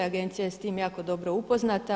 Agencija je s tim jako dobro upoznata.